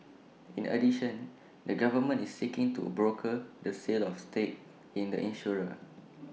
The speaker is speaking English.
in addition the government is seeking to broker the sale of stake in the insurer